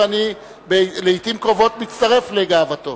ואני לעתים קרובות מצטרף לגאוותו.